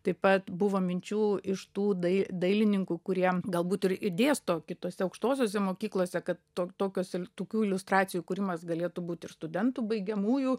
taip pat buvo minčių iš tų dai dailininkų kurie galbūt ir ir dėsto kitose aukštosiose mokyklose kad to tokios ir tokių iliustracijų kūrimas galėtų būt ir studentų baigiamųjų